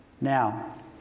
Now